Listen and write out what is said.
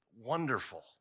wonderful